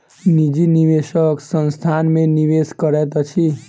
निजी निवेशक संस्थान में निवेश करैत अछि